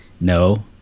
No